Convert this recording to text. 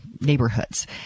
neighborhoods